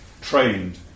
trained